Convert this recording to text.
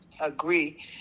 agree